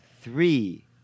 three